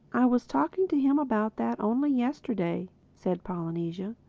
i was talking to him about that only yesterday, said polynesia.